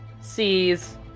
sees